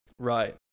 Right